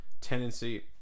tendency